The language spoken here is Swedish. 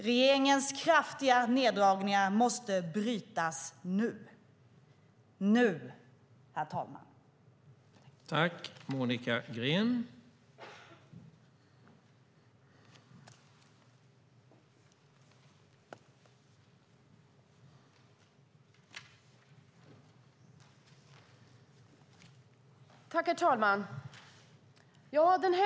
Regeringens kraftiga neddragningar måste brytas nu - nu, herr talman!